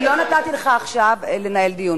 לא נתתי לך עכשיו לנהל דיון.